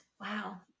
Wow